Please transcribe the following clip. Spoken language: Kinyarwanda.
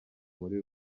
muri